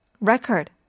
Record